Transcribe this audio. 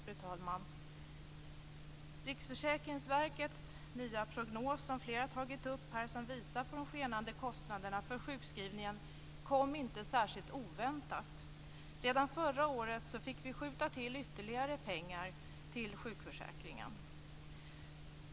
Fru talman! Riksförsäkringsverkets nya prognos, som flera har tagit upp här, som visar på de skenande kostnaderna för sjukskrivningarna, kom inte särskilt oväntat. Redan förra året fick vi skjuta till ytterligare pengar till sjukförsäkringen.